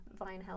vinehealth